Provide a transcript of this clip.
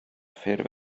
ffurf